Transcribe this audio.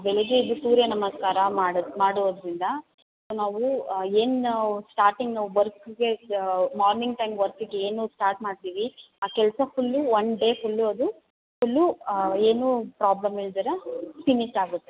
ಬೆಳಿಗ್ಗೆ ಎದ್ದು ಸೂರ್ಯ ನಮಸ್ಕಾರ ಮಾಡಿ ಮಾಡೋದರಿಂದ ನಾವು ಏನು ನಾವು ಸ್ಟಾರ್ಟಿಂಗ್ ನಾವು ವರ್ಕಿಗೆ ಮಾರ್ನಿಂಗ್ ಟೈಮ್ ವರ್ಕಿಗೆ ಏನು ಸ್ಟಾರ್ಟ್ ಮಾಡ್ತೀವಿ ಆ ಕೆಲಸ ಫುಲ್ಲು ಒನ್ ಡೇ ಫುಲ್ಲು ಅದು ಫುಲ್ಲು ಏನು ಪ್ರಾಬ್ಲಮ್ ಇಲ್ಲದಿರ ಫಿನಿಶ್ ಆಗುತ್ತೆ